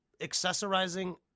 accessorizing